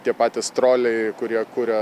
tie patys troliai kurie kuria